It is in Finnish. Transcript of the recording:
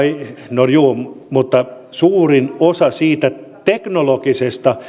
no juu mutta suurin osa siitä teknologisesta